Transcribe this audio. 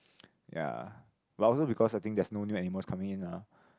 ya but also because I think there's no new animal coming in lah